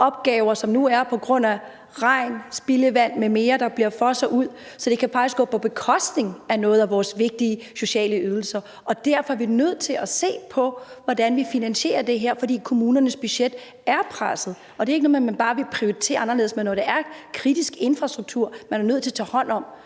klimaopgaver, som der er nu på grund af regn, spildevand m.m., der fosser ud. Så det kan faktisk blive på bekostning af nogle af vores vigtige sociale ydelser, og derfor er vi nødt til at se på, hvordan vi finansierer det her, fordi kommunernes budgetter er pressede. Og det er ikke noget med, at man bare vil prioritere anderledes. Men når det er kritisk infrastruktur, som man er nødt til at tage hånd om,